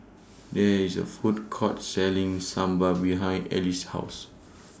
There IS A Food Court Selling Sambar behind Ellie's House